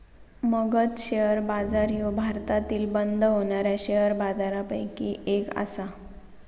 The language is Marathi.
मगध शेअर बाजार ह्यो भारतातील बंद होणाऱ्या शेअर बाजारपैकी एक आसा